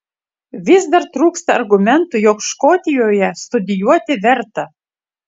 vis dar trūksta argumentų jog škotijoje studijuoti verta